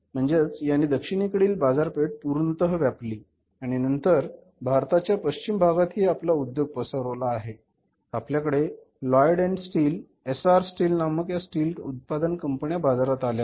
म्हणजेच याने दक्षिणेकडील बाजारपेठ पूर्णतः व्यापली आणि नंतर भारताच्या पश्चिम भागातही आपला उद्योग पसरवला आहे आपल्याकडे लॉयड आणि स्टील एसआर स्टील नामक या स्टील उत्पादक कंपन्या बाजारात आल्या आहेत